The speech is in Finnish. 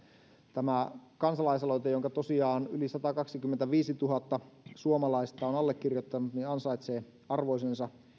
tämä kansalaisaloite jonka tosiaan yli satakaksikymmentäviisituhatta suomalaista on allekirjoittanut ansaitsee arvoisensa